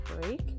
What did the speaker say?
break